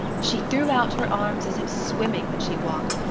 she threw out her arms as if swimming when she walked,